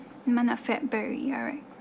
month of february alright